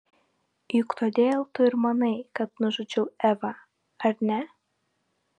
juk todėl tu ir manai kad nužudžiau evą ar ne